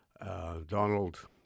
Donald